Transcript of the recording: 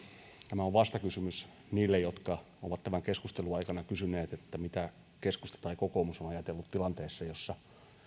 tämä on vastakysymys niille jotka ovat tämän keskustelun aikana kysyneet mitä keskusta tai kokoomus on ajatellut tilanteessa jossa